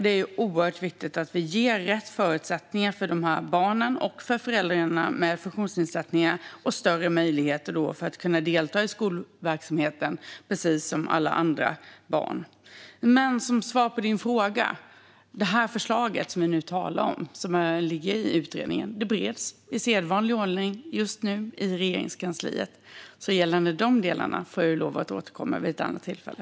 Det är därför oerhört viktigt att vi ger rätt förutsättningar och större möjligheter för barn med funktionsnedsättningar och deras föräldrar att delta i skolverksamheten precis som alla andra. Som svar på ledamotens fråga vill jag säga att det förslag som ligger i utredningen och som vi nu talar om i sedvanlig ordning bereds i Regeringskansliet just nu. Gällande de delarna får jag därför lov att återkomma vid ett annat tillfälle.